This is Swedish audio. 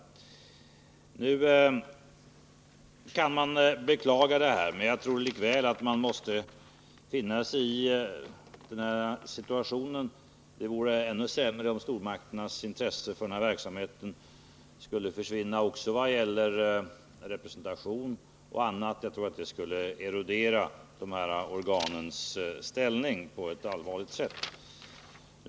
Naturligtvis kan man beklaga detta, men jag tror likväl att man måste finna sig i den här situationen. Det vore ännu sämre om stormakternas intresse för denna verksamhet vad det gäller representationen skulle försvinna. Jag skulle tro att detta kunde erodera de här organens ställning på ett mycket allvarligt sätt.